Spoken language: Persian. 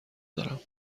دارم